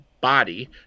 body